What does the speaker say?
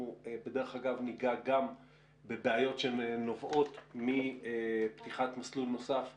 בדרך אגב ניגע גם בבעיות שנובעות מפתיחת מסלול נוסף בנתב"ג.